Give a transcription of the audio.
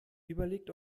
überlegt